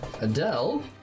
Adele